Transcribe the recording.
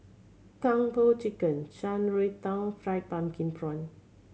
Kung Po Chicken Shan Rui Tang fried pumpkin prawn